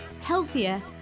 healthier